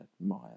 admire